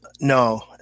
no